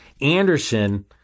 Anderson